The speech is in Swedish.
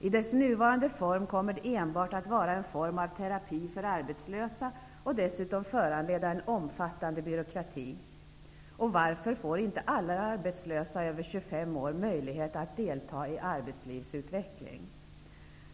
I dess nuvarande form kommer det enbart att vara en form av terapi för arbetslösa och dessutom föranleda en omfattande byråkrati. Och varför får inte alla arbetslösa över 25 år möjlighet att delta i arbetslivsutveckling?